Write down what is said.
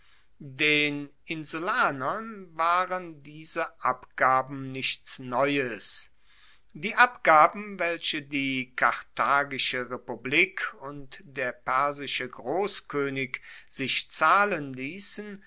den insulanern waren diese abgaben nichts neues die abgaben welche die karthagische republik und der persische grosskoenig sich zahlen liessen